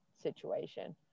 situation